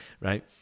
right